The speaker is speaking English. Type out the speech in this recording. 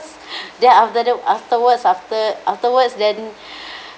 then after that afterwards after afterwards then